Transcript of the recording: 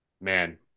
man